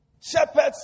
Shepherds